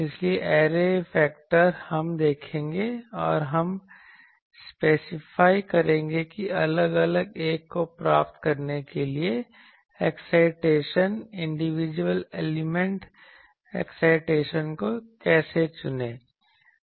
इसलिए array factor हम देखेंगे और हम स्पेसिफाइ करेंगे कि अलग अलग एक को प्राप्त करने के लिए एक्साइटेशन व्यक्तिगत एलिमेंट एक्साइटेशन को चुनें कैसे